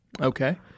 Okay